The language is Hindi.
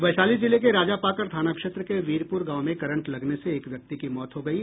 वैशाली जिले के राजापाकड़ थाना क्षेत्र के वीरपुर गांव में करंट लगने से एक व्यक्ति की मौत हो गयी